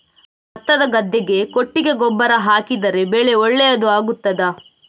ಭತ್ತದ ಗದ್ದೆಗೆ ಕೊಟ್ಟಿಗೆ ಗೊಬ್ಬರ ಹಾಕಿದರೆ ಬೆಳೆ ಒಳ್ಳೆಯದು ಆಗುತ್ತದಾ?